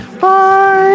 Bye